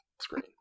screen